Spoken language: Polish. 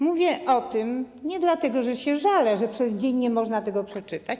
Mówię o tym nie dlatego, że się żalę, że przez dzień nie można tego przeczytać.